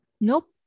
Nope